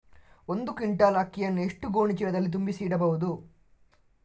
ಒಂದು ಕ್ವಿಂಟಾಲ್ ಅಕ್ಕಿಯನ್ನು ಎಷ್ಟು ಗೋಣಿಚೀಲದಲ್ಲಿ ತುಂಬಿಸಿ ಇಡಬಹುದು?